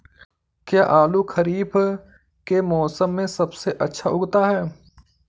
क्या आलू खरीफ के मौसम में सबसे अच्छा उगता है?